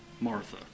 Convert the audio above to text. Martha